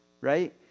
Right